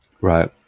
Right